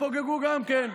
התפוגגו גם כן,